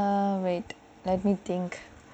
err wait let me think